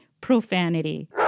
profanity